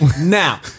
now